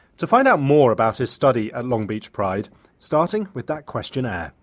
to find out more about his study at long beach pride starting with that questionnaire.